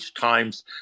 Times